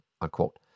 unquote